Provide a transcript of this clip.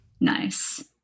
Nice